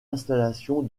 installation